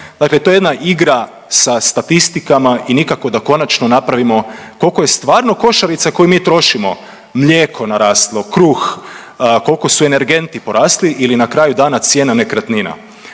Dakle, to je jedna igra sa statistikama i nikako da konačno napravimo koliko je stvarno košarica koju mi trošimo mlijeko naraslo, kruh, koliko su energenti porasli ili na kraju dana cijena nekretnina.